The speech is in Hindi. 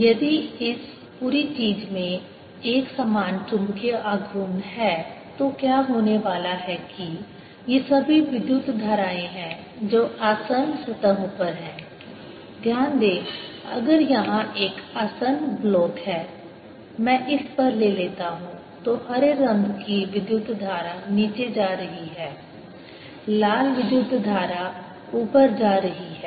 यदि इस पूरी चीज़ में एकसमान चुम्बकीय आघूर्ण है तो क्या होने वाला है कि ये सभी विद्युत धाराएँ हैं जो आसन्न सतहों पर हैं ध्यान दें अगर यहाँ एक आसन्न ब्लॉक है मैं इस पर ले लेता हूँ तो हरे रंग की विद्युत धारा नीचे जा रही है लाल विद्युत धारा ऊपर जा रही है